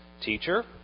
Teacher